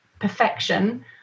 perfection